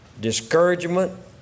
discouragement